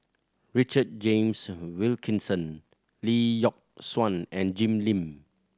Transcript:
Richard James Wilkinson Lee Yock Suan and Jim Lim